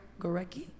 Gorecki